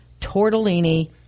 tortellini